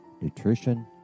nutrition